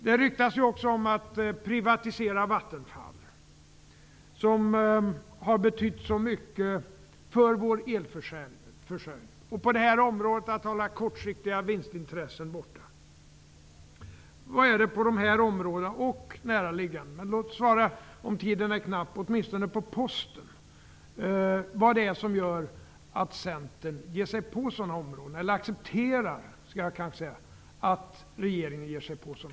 Det ryktas också om att privatisera Vattenfall, som har betytt så mycket för vår elförsörjning. På det här området är alla kortsiktiga vinstintressen borta. Vad är det på dessa områden och näraliggande -- men om tiden är knapp kanske jag ändå kunde få ett svar när det gäller Posten -- som gör att Centern accepterar att regeringen ger sig på dem?